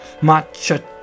matcha